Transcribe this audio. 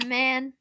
man